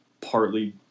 partly